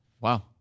Wow